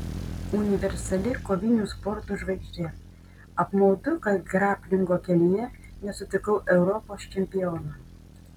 universali kovinių sportų žvaigždė apmaudu kad graplingo kelyje nesutikau europos čempiono